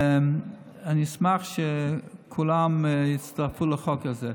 אני אשמח שכולם יצטרפו לחוק הזה.